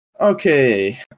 Okay